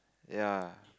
ya